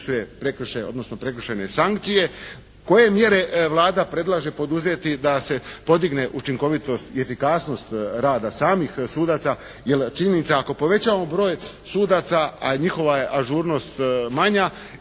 prekršajne sankcije, koje mjere Vlada predlaže poduzeti da se podigne učinkovitost i efikasnost rada samih sudaca jer činjenica ako povećamo broj sudaca, a njihova je ažurnost manja